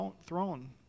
throne